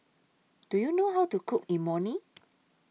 Do YOU know How to Cook Imoni